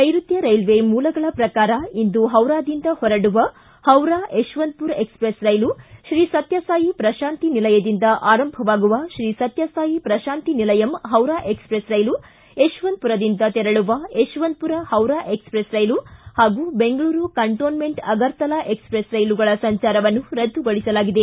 ನೈರುತ್ನ railway ಮೂಲಗಳ ಪ್ರಕಾರ ಇಂದು ಹೌರಾದಿಂದ ಹೊರಡುವ ಪವರಾ ಯಶವಂತಪುರ ಎಕ್ಸ್ಪ್ರೆಸ್ ರೈಲು ಶ್ರೀ ಸತ್ಯ ಸಾಯಿ ಪ್ರತಾಂತಿ ನಿಲಯಂದಿಂದ ಆರಂಭವಾಗುವ ಶ್ರೀ ಸತ್ಯ ಸಾಯಿ ಪ್ರತಾಂತಿ ನಿಲಯಂ ಹೌರಾ ಎಕ್ಸೆಪ್ರೆಸ್ ರೈಲು ಯಶವಂತಪುರದಿಂದ ತೆರಳುವ ಯಶವಂತಪುರ ಹೌರಾ ಎಕ್ಸ್ಪ್ರೆಸ್ ರೈಲು ಹಾಗೂ ಬೆಂಗಳೂರು ಕಂಟೋನ್ಮೇಂಟ್ ಅಗರ್ತಲಾ ಎಕ್ಸ್ಪ್ರೆಸ್ ರೈಲುಗಳ ಸಂಚಾರವನ್ನು ರದ್ದುಗೊಳಿಸಲಾಗಿದೆ